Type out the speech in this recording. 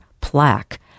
plaque